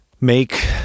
make